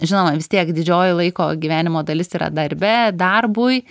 žinoma vis tiek didžioji laiko gyvenimo dalis yra darbe darbui